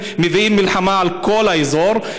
הם מביאים מלחמה על כל האזור.